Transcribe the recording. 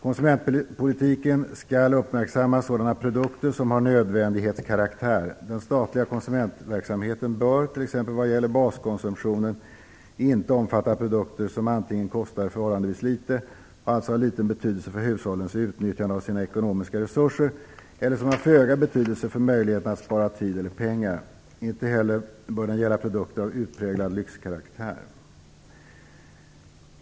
Konsumentpolitiken skall uppmärksamma sådana produkter som har nödvändighetskaraktär. Den statliga konsumentverksamheten bör, t.ex. vad det gäller baskonsumtionen, inte omfatta produkter som antingen kostar förhållandevis litet och alltså har liten betydelse för hushållens utnyttjande av sina ekonomiska resurser, eller som har föga betydelse för möjligheterna att spara tid eller pengar. Inte heller bör den gälla produkter av utpräglad lyxkaraktär.